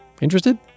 Interested